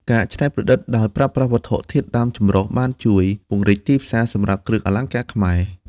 ការច្នៃប្រឌិតដោយប្រើប្រាស់វត្ថុធាតុដើមចម្រុះ បានជួយ ពង្រីកទីផ្សារ សម្រាប់គ្រឿងអលង្ការខ្មែរ។